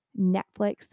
Netflix